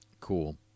Cool